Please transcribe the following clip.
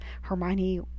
Hermione